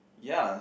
ya